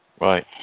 Right